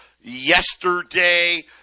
yesterday